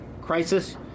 crisis